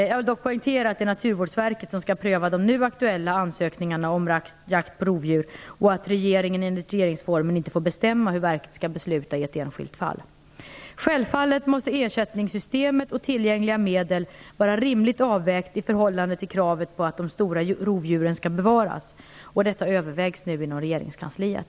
Jag vill dock poängtera att det är Naturvårdsverket som skall pröva de nu aktuella ansökningarna om jakt på rovdjur och att regeringen, enligt regeringsformen, inte får bestämma hur verket skall besluta i ett enskilt fall. Självfallet måste ersättningssystemet och tillgängliga medel vara rimligt avvägda i förhållande till kravet på att de stora rovdjuren skall bevaras, och detta övervägs nu inom regeringskansliet.